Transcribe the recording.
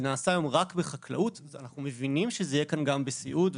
זה נעשה היום רק בחקלאות ואנחנו מבינים שזה יהיה כאן גם בסיעוד.